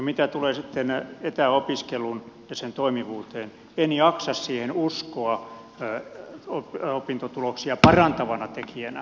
mitä tulee etäopiskeluun ja sen toimivuuteen en jaksa siihen uskoa opintotuloksia parantavana tekijänä